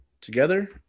together –